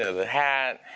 ah the hat.